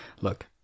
look